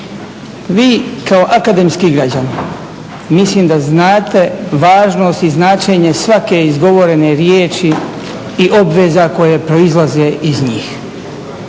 Vi kao akademski građani mislim da znate važnost i značenje svake izgovorene riječi i obveza koje proizlaze iz njih.